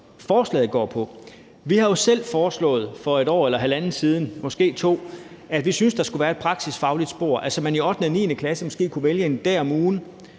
forslaget går ud på. Vi har jo selv foreslået for et år eller halvandet siden, måske to, at der skulle være et praksisfagligt spor, altså at man i 8. og 9. klasse måske kunne vælge at være en dag om ugen